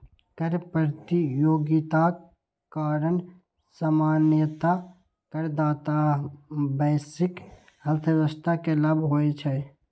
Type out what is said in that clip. कर प्रतियोगिताक कारण सामान्यतः करदाता आ वैश्विक अर्थव्यवस्था कें लाभ होइ छै